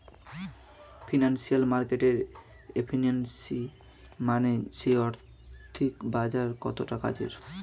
financial মার্কেটের efficiency মানে সেই আর্থিক বাজার কতটা কাজের